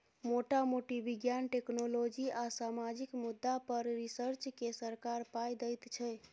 मोटा मोटी बिज्ञान, टेक्नोलॉजी आ सामाजिक मुद्दा पर रिसर्च केँ सरकार पाइ दैत छै